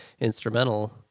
instrumental